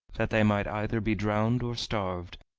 that they might either be drowned or starved,